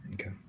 Okay